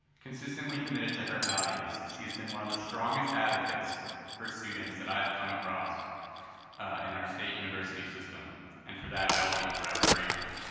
consistently committed to her values, she has been one of the strongest advocates for for students that i have come across in our state university system and for that i will be forever grateful.